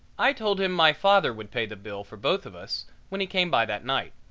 i told him my father would pay the bill for both of us when he came by that night.